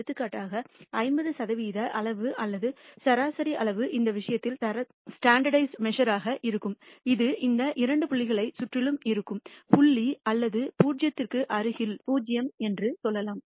எடுத்துக்காட்டாக 50 சதவிகித அளவு அல்லது சராசரி அளவு இந்த விஷயத்தில் ஸ்டாண்டர்டிஸிட் அளவீடு இருக்கும் இச் சுற்றிலும் இருக்கும் புள்ளி அல்லது 0 க்கு அருகில் 0 என்று சொல்லலாம்